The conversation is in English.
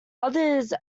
others